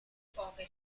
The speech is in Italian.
poche